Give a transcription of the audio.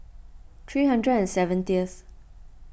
three hundred and seventieth